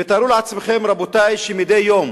ותארו לעצמכם, רבותי, שמדי יום